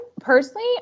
personally